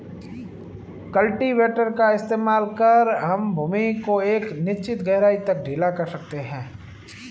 cultivator का इस्तेमाल कर हम भूमि को एक निश्चित गहराई तक ढीला कर सकते हैं